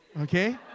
okay